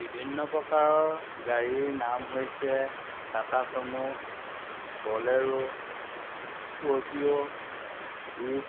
বিভিন্ন প্ৰকাৰৰ গাড়ীৰ নাম হৈছে Tata Sumo Bolero Scorpio jeep